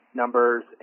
numbers